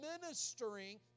ministering